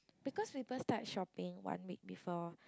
because people start shopping one week before